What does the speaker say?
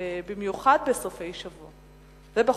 במיוחד בסופי שבוע ובחופשים.